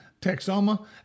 Texoma